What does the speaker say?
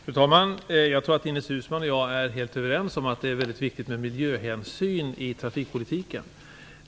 Fru talman! Jag tror att Ines Uusmann och jag är helt överens om att det är mycket viktigt med miljöhänsyn i trafikpolitiken.